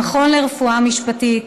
המכון לרפואה משפטית,